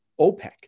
OPEC